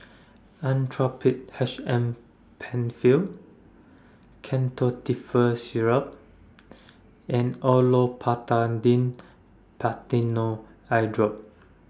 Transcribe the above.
Actrapid H M PenFill Ketotifen Syrup and Olopatadine Eyedrop